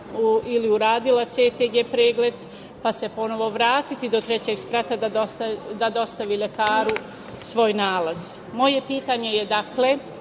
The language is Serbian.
ili uradila CTG pregled, pa se ponovo vratiti do trećeg sprata da dostavi lekaru svoj nalaz. Moje pitanje je –